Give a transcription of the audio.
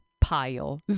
pile